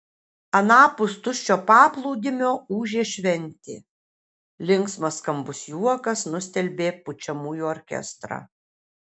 anapus tuščio paplūdimio ūžė šventė linksmas skambus juokas nustelbė pučiamųjų orkestrą